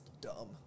dumb